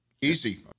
easy